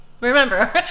Remember